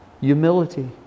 Humility